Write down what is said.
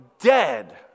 dead